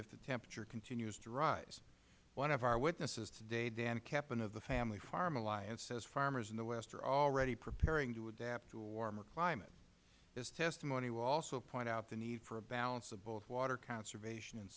if the temperature continues to rise one of our witnesses today dan keppen of the family farm alliance says farmers in the west are already preparing to adapt to a warmer climate his testimony will also point out the need for a balance of both water conservation and